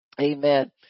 Amen